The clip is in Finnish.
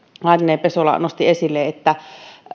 laitinen pesola nosti esille että